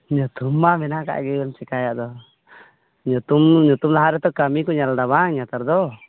ᱧᱩᱛᱩᱢ ᱢᱟ ᱢᱮᱱᱟᱜ ᱟᱠᱟᱫ ᱜᱮ ᱟᱫᱚᱢ ᱪᱤᱠᱟᱹᱭᱟ ᱟᱫᱚ ᱧᱩᱛᱩᱢ ᱧᱩᱛᱩᱢ ᱞᱟᱦᱟ ᱨᱮᱛᱚ ᱠᱟᱹᱢᱤ ᱠᱚ ᱧᱮᱞ ᱫᱟ ᱵᱟᱝ ᱱᱮᱛᱟᱨ ᱫᱚ